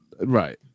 right